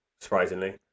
surprisingly